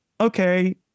okay